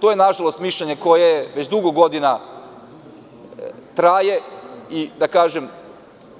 To je, nažalost, mišljenje koje već dugo godina traje